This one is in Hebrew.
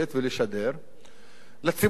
לציבור גם בישראל אבל גם לעולם,